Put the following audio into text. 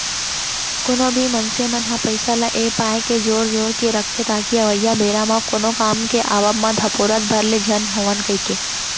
कोनो भी मनसे मन ह पइसा ल ए पाय के जोर जोर के रखथे ताकि अवइया बेरा म कोनो काम के आवब म धपोरत भर ले झन होवन कहिके